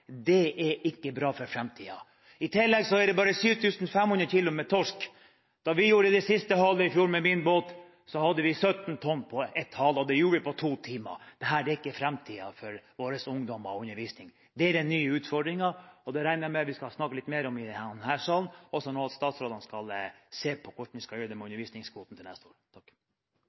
Det er ikke bra for framtiden. I tillegg er kvoten for torsk bare 7 500 kg. Da vi i fjor gjorde det siste halet med min båt, fikk vi 17 tonn på ett hal, og det gjorde vi på to timer. Dette er ikke framtiden for våre ungdommer og deres undervisning. Det er den nye utfordringen, og det regner jeg med at vi skal snakke mer om i denne salen, og at statsrådene skal se på hvordan vi skal gjøre det med undervisningskvoten til neste år.